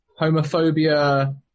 homophobia